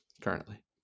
currently